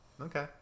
Okay